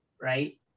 Right